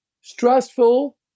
stressful